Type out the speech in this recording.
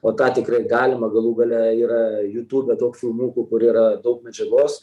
o tą tikrai galima galų gale yra jutube daug filmukų kur yra daug medžiagos